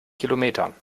kilometern